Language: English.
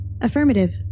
Affirmative